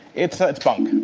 it's ah it's bunk.